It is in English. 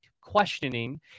questioning